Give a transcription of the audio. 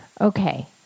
Okay